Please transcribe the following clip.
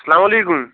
سلامُ علیکُم